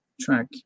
track